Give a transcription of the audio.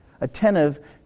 Attentive